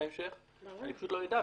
אני פשוט לא יידע,